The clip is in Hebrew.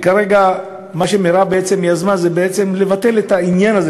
וכרגע מה שמרב בעצם יזמה זה בעצם לבטל את העניין של